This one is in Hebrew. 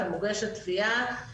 ומוגשת תביעה,